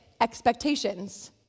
expectations